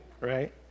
Right